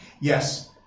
Yes